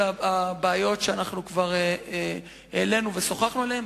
הבעיות שאנחנו כבר העלינו ושוחחנו עליהן.